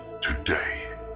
today